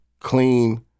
clean